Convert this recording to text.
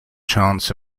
chance